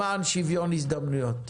למען שוויון הזדמנויות.